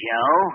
Joe